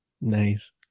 Nice